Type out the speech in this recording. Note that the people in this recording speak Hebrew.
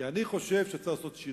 כי אני חושב שצריך לעשות שינוי.